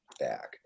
back